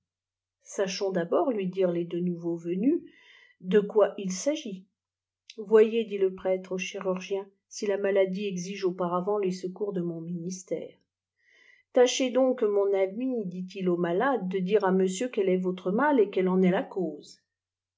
sachons d'abord lui dirent les deux nouveaux venus de quoi ilvjagit voyez dit le prêtre au chirurgien si la maladie exige auparavant les secours de mon ministère tâchez dcmc mon ami dit-il au malade de dire à monsieur quelst volri mal et quelle en est la cause